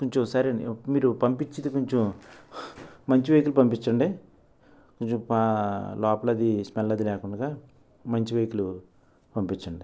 కొంచెం ఒకసారి మీరు పంపించేది కొంచెం మంచి వెహికల్ పంపించండి కొంచెం లోపల అది స్మెల్ అది లేకుండా మంచి వెహికల్ పంపించండి